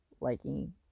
liking